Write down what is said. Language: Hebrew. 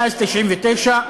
מאז 1999,